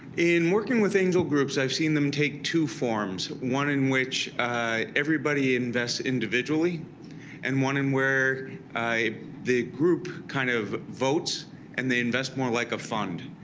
in working with angel groups, i've seen them take two forms one in which everybody invests individually and one in where the group kind of votes and they invest more like a fund.